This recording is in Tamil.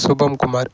சுபம்குமார்